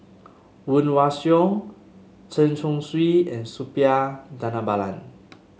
Woon Wah Siang Chen Chong Swee and Suppiah Dhanabalan